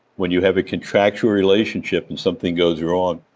when you have a contractual relationship and something goes wrong,